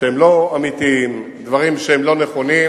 שהם לא אמיתיים, דברים שהם לא נכונים,